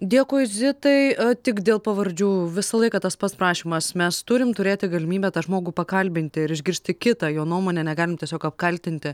dėkui zitai tik dėl pavardžių visą laiką tas pats prašymas mes turim turėti galimybę tą žmogų pakalbinti ir išgirsti kitą jo nuomone negalime tiesiog apkaltinti